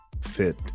fit